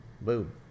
Boom